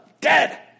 dead